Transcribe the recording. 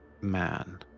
man